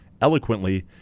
eloquently